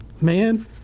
Man